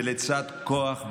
לצד כוח,